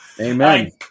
Amen